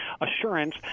assurance